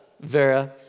Vera